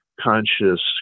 conscious